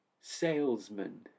salesman